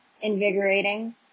invigorating